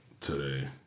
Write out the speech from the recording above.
Today